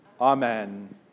Amen